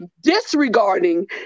Disregarding